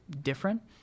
different